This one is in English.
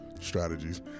strategies